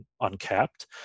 uncapped